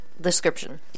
description